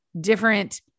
different